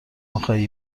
میخوای